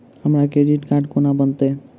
हमरा credit card कोना बनतै?